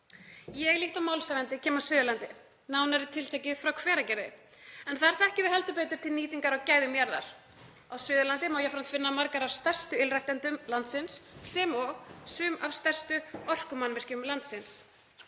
Ég, líkt og málshefjandi, kem af Suðurlandi, nánar tiltekið frá Hveragerði. Þar þekkjum við heldur betur til nýtingar á gæðum jarðar. Á Suðurlandi má jafnframt finna marga af stærstu ylræktendum landsins sem og sum af stærstu orkumannvirkjum landsins.